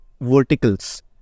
verticals